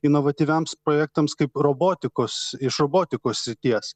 inovatyviams projektams kaip robotikos iš robotikos srities